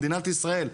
במדינת ישראל.